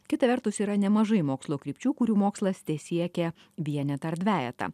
kita vertus yra nemažai mokslo krypčių kurių mokslas tesiekia vienetą ar dvejetą